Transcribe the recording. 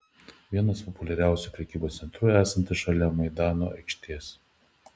vienas populiariausių prekybos centrų esantis šalia maidano aikštės